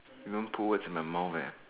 you don't put words in my mouth eh